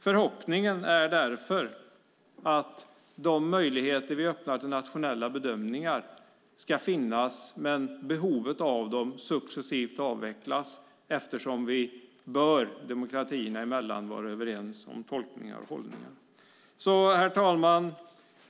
Förhoppningen är därför att de möjligheter vi öppnar till nationella bedömningar ska finnas men behovet av den successivt avvecklas, eftersom vi demokratier emellan bör vara överens om tolkningar och hållningar. Herr talman!